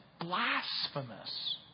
blasphemous